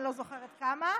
אני לא זוכרת כמה,